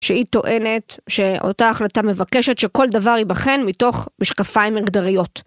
שהיא טוענת שאותה החלטה מבקשת שכל דבר ייבחן מתוך משקפיים מגדריות.